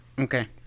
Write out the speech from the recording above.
okay